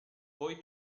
poi